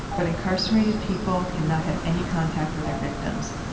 but incarcerated people cannot have any contact with their victims.